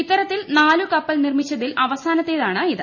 ഇത്തരത്തിൽ നാലു കപ്പൽ നിർമിച്ചതിൽ അവസാനത്തേതാണിത്